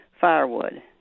firewood